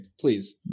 please